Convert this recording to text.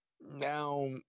now